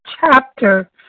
chapter